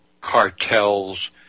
cartels